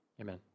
Amen